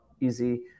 easy